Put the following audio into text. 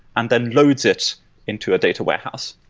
and then loads it into a data warehouse,